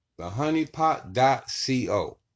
thehoneypot.co